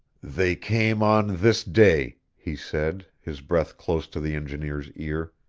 they came on this day, he said, his breath close to the engineer's ear.